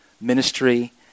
ministry